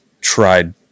tried